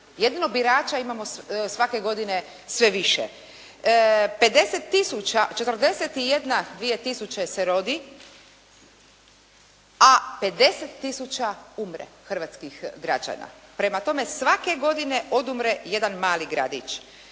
jedino birača imamo svake godine sve više. 50 tisuća, 41, 2 tisuće se rodi, a 50 tisuća umre hrvatskih građana, prema tome svake godine odumre jedan mali gradić.